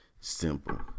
Simple